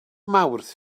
mawrth